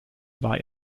war